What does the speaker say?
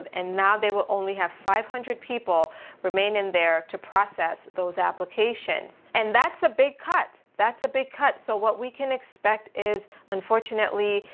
and now they will only have five hundred people remain in there to process those applications. and that's a big cut. that's a big cut. so what we can expect is unfortunately,